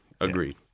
agreed